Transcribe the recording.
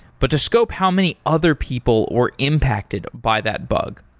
but to scope how many other people were impacted by that bug.